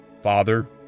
Father